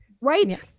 right